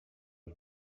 res